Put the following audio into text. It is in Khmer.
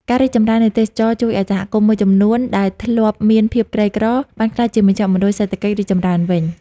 ការរីកចម្រើននៃទេសចរណ៍ ជួយឲ្យសហគមន៍មួយចំនួនដែលធ្លាប់មានភាពក្រីក្រ បានក្លាយជាមជ្ឈមណ្ឌលសេដ្ឋកិច្ចរីកចម្រើនវិញ។